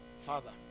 father